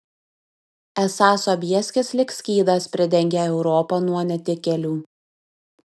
esą sobieskis lyg skydas pridengė europą nuo netikėlių